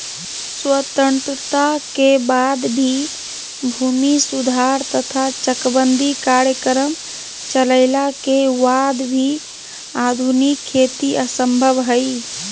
स्वतंत्रता के बाद भूमि सुधार तथा चकबंदी कार्यक्रम चलइला के वाद भी आधुनिक खेती असंभव हई